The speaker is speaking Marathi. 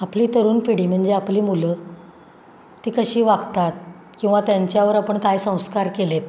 आपली तरुण पिढी म्हणजे आपली मुलं ती कशी वागतात किंवा त्यांच्यावर आपण काय संस्कार केलेत